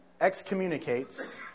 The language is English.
excommunicates